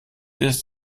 ist